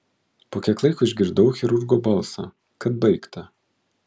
po kiek laiko išgirdau chirurgo balsą kad baigta